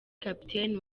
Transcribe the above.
kapiteni